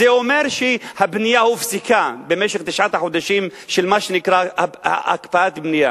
זה אומר שהבנייה הופסקה במשך תשעת החודשים של מה שנקרא הקפאת בנייה.